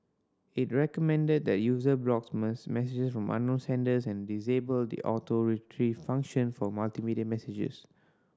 it recommended that user blocks messages from unknown senders and disable the Auto Retrieve function for multimedia messages